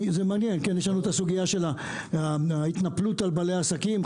מעניין כי יש הסוגיה של התנפלות על בעלי עסקים,